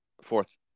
Fourth